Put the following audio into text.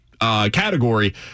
category